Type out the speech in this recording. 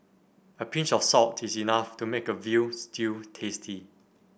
a pinch of salt is enough to make a veal stew tasty